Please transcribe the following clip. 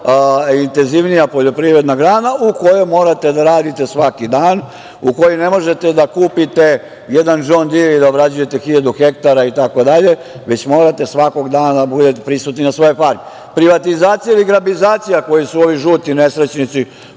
intenzivnija poljoprivredna grana u kojoj morate da radite svaki dan, u kojoj ne možete da kupite jedan „Džon dir“ i da obrađujete hiljadu hektara itd, već morate svakog dana da budete prisutni na svojoj farmi. Privatizacija ili "grabizacija" koju su ovi žuti nesrećnici,